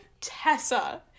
Tessa